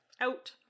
out